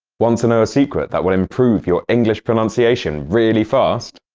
want to know a secret that will improve your english pronunciation really fast?